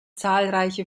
zahlreiche